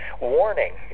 Warning